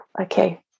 okay